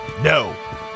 No